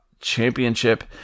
Championship